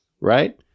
right